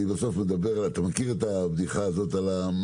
יש בדיחה,